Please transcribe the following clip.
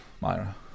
Myra